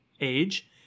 age